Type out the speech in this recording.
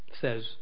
says